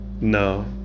No